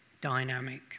dynamic